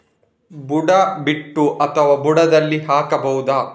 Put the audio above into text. ಬುಡ ಬಿಟ್ಟು ಅಥವಾ ಬುಡದಲ್ಲಿ ಹಾಕಬಹುದಾ?